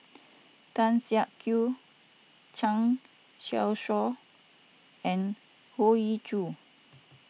Tan Siak Kew Zhang Youshuo and Hoey Choo